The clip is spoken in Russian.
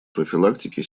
профилактике